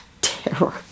terror